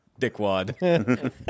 dickwad